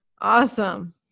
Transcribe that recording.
Awesome